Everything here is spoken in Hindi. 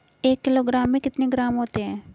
एक किलोग्राम में कितने ग्राम होते हैं?